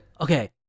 okay